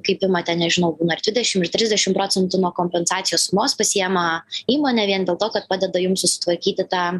kaip ima ten nežinau būna ir dvidešim ir trisdešim procentų nuo kompensacijos sumos pasiema įmonė vien dėl to kad padeda jum susitvarkyti tą